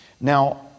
now